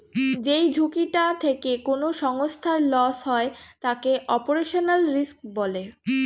যেই ঝুঁকিটা থেকে কোনো সংস্থার লস হয় তাকে অপারেশনাল রিস্ক বলে